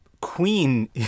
Queen